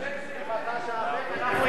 להיאבק זה יפה, השאלה מה יהיה.